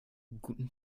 guten